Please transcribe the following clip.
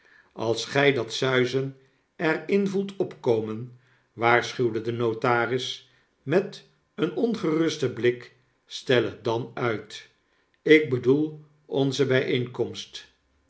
als gy dat suizen er in voelt opkomen waarschuwde de notaris met een ongerusten blik stel het dan uit ik bedoel onze byeenkomst